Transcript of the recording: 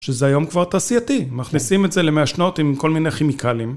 שזה היום כבר תעשייתי, מכניסים את זה למעשנות עם כל מיני כימיקלים.